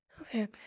Okay